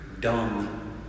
dumb